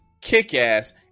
kick-ass